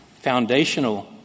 foundational